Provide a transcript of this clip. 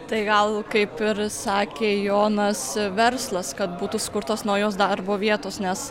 tai gal kaip ir sakė jonas verslas kad būtų sukurtos naujos darbo vietos nes